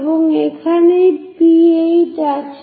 এবং এখানেই P8 আছে